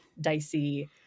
dicey